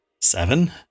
Seven